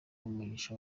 umugisha